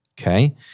okay